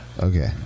Okay